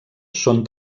són